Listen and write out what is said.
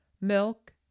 milk